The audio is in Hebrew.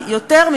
אבל היא לא פחות